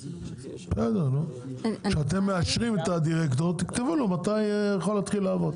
בסדר שאתם מאשרים את הדירקטור תכתבו לו מתי הוא יכול להתחיל לעבוד.